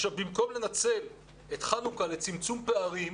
במקום לנצל את חנוכה לצמצום פערים,